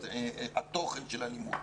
התוכן של הלימוד.